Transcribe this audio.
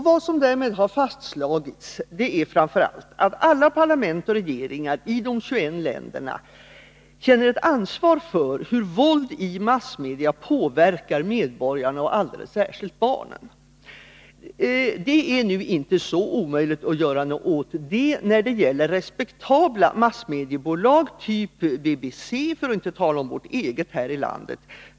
Vad som därmed har fastslagits är framför allt att alla parlament och regeringar i de 21 länderna känner ett ansvar för hur våld i massmedia påverkar medborgarna och alldeles särskilt barnen. Det är inte så omöjligt att göra något åt detta när det gäller respektabla massmediebolag typ BBC, för att inte tala om vårt eget här i landet.